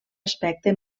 aspecte